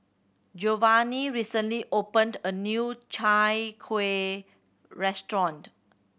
Giovanni recently opened a new Chai Kuih restaurant